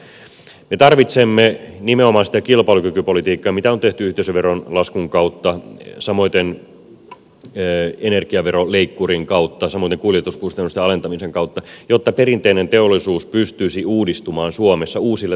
me tarvitsemme nimenomaan sitä kilpailukykypolitiikkaa mitä on tehty yhteisöveron laskun kautta samoiten energiaveroleikkurin kautta samoiten kuljetuskustannusten alentamisen kautta jotta perinteinen teollisuus pystyisi uudistumaan suomessa uusille toimialoille